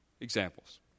Examples